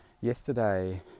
yesterday